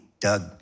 Doug